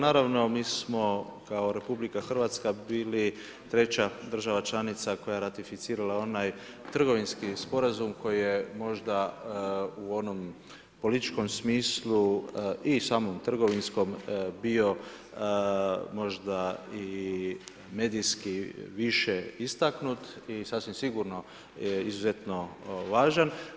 Naravno mi smo kao RH bili treća država članica koja je ratificirala onaj trgovinski sporazum koji je možda u onom političkom smislu i samom trgovinskom bio možda i medijski više istaknut i sasvim sigurno izuzetno važan.